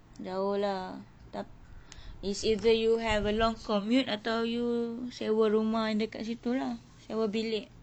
jauh lah tapi it's either you have a long commute atau you sewa rumah dekat situ lah sewa bilik